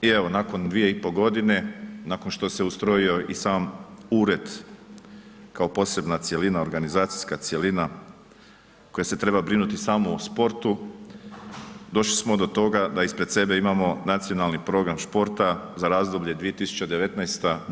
I evo nakon 2,5 godine, nakon što se ustrojio i sam ured kao posebna cjelina, organizacijska cjelina koja se treba brinuti samo o sportu došli smo do toga da ispred sebe imamo Nacionalni program sporta za razdoblje 2019.